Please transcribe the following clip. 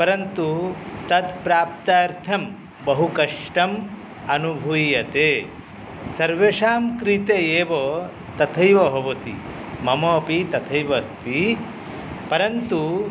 परन्तु तद् प्राप्त्यर्थं बहुकष्टम् अनुभूयते सर्वेषां कृते एव तथैव भवति मम अपि तथैव अस्ति परन्तु